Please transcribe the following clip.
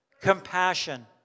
Compassion